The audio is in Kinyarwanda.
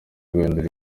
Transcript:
guhindura